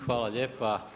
Hvala lijepa.